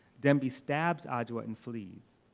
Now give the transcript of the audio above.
dembi stabs ah adjua and flees.